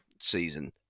season